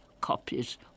copies